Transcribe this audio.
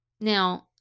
Now